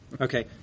Okay